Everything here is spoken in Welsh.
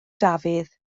dafydd